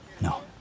No